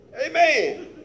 Amen